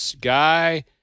Guy